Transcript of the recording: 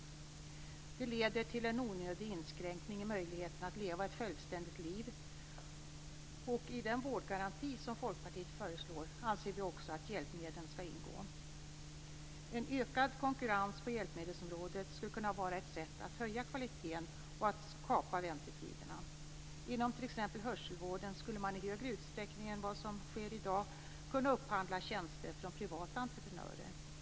Det leder till en onödig inskränkning i möjligheterna att leva ett självständigt liv. I den vårdgaranti som Folkpartiet föreslår bör också hjälpmedel ingå. En ökad konkurrens på hjälpmedelsområdet skulle kunna vara ett sätt att höja kvaliteten och kapa väntetiderna. Inom t.ex. hörselvården skulle man i större utsträckning än i dag kunna upphandla tjänster från privata entreprenörer.